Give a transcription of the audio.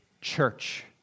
church